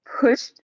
pushed